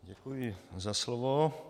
Děkuji za slovo.